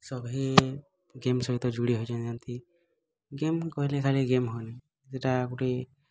ସଭିଏଁ ଗେମ୍ ସହିତ ଯୋଡ଼ି ହୋଇଯାଇଛନ୍ତି ଗେମ୍ କହିଲେ ଖାଲି ଗେମ୍ ହୁଏନି ସେଟା ଗୋଟେ